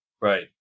right